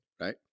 right